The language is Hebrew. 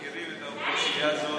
מכירים את האוכלוסייה הזאת,